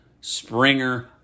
Springer